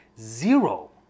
zero